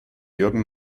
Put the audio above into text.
jürgen